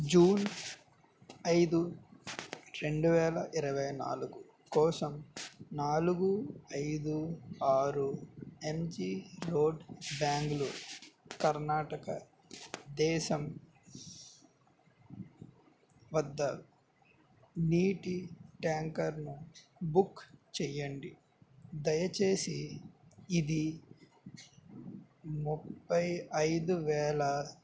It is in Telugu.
జూన్ ఐదు రెండు వేల ఇరవై నాలుగు కోసం నాలుగు ఐదు ఆరు ఎమ్జీ రోడ్ బెంగళూరు కర్ణాటక దేశం వద్ద నీటి ట్యాంకర్ను బుక్ చెయ్యండి దయచేసి ఇది ముప్పై ఐదువేల